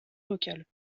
locales